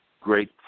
great